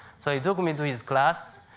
so he took me to his class,